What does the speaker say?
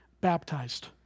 baptized